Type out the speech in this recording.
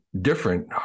different